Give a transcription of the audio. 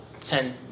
ten